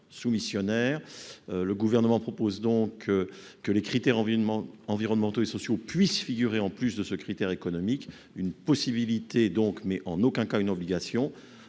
soumissionnaire. Le Gouvernement propose que les critères environnementaux et sociaux puissent figurer en sus du critère économique. Ce serait une possibilité, mais en aucun cas une obligation.